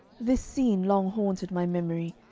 this scene long haunted my memory,